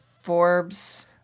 Forbes